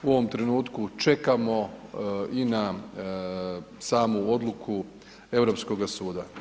U ovom trenutku čekamo i na samu odluku Europskoga suda.